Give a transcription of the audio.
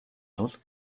тул